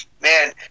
Man